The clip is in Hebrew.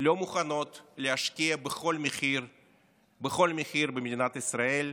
לא מוכנות להשקיע בכל מחיר במדינת ישראל,